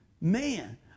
man